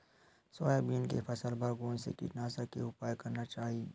Soybean के फसल बर कोन से कीटनाशक के उपयोग करना चाहि?